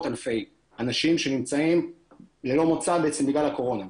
אלפי אנשים שנמצאים ללא מוצא בעצם בגלל הקורונה.